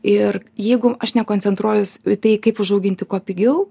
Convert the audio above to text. ir jeigu aš nekoncentruojuos tai kaip užauginti kuo pigiau